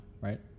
right